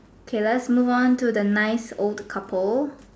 okay let's move on to the nice old couple